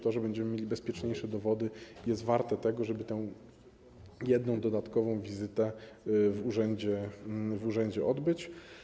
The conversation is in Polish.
To, że będziemy mieli bezpieczniejsze dowody, jest warte tego, żeby tę jedną dodatkową wizytę w urzędzie odbyć.